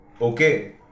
Okay